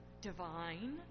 divine